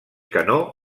canó